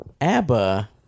ABBA